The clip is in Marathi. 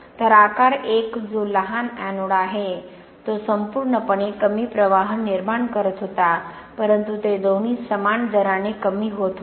तर आकार 1 जो लहान एनोड आहे तो संपूर्णपणे कमी प्रवाह निर्माण करत होता परंतु ते दोन्ही समान दराने कमी होत होते